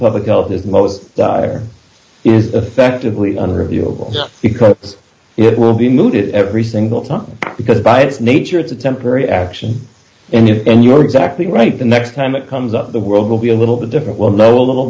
public health is most dire is effectively under viewable because it will be mooted every single time because by its nature it's a temporary action and if and you are exactly right the next time it comes up the world will be a little bit different we'll know a little